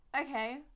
okay